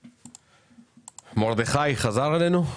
מרדכי הראלי חזר אלינו?